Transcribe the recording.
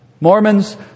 Mormons